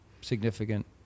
significant